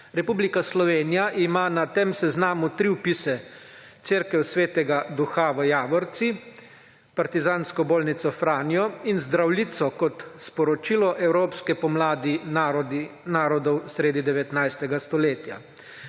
Republika Slovenija ima na tem seznamu tri vpise: cerkev Sv. Duha v Javorcih, Partizansko bolnico Franjo in Zdravljico kot sporočilo evropske pomladi narodov sredi 19. stoletja.